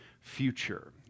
future